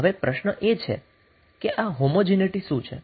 હવે પ્રશ્ન એ છે કે આ હોમોજીનીટી શું છે